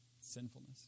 sinfulness